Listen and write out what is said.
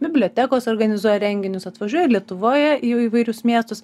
bibliotekos organizuoja renginius atvažiuoja lietuvoje į įvairius miestus